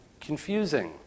confusing